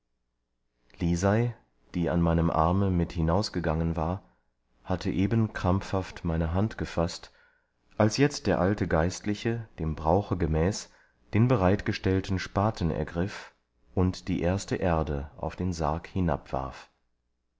lisei die an meinem arme mit hinausgegangen war hatte eben krampfhaft meine hand gefaßt als jetzt der alte geistliche dem brauche gemäß den bereitgestellten spaten ergriff und die erste erde auf den sarg